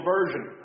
Version